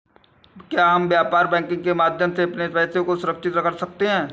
क्या हम व्यापार बैंकिंग के माध्यम से अपने पैसे को सुरक्षित कर सकते हैं?